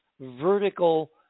vertical